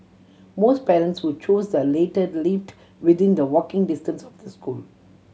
most parents who chose the latter lived within the walking distance of the school